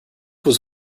was